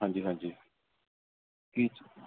ਹਾਂਜੀ ਹਾਂਜੀ ਜੀ